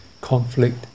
conflict